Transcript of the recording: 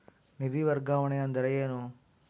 ನಿಧಿ ವರ್ಗಾವಣೆ ಅಂದರೆ ಏನು?